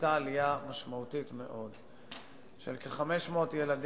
היתה עלייה משמעותית מאוד של כ-500 ילדים,